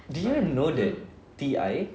do you know that T_I